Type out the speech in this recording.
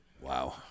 Wow